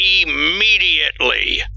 Immediately